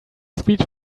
speech